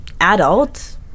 adult